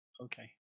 Okay